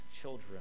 children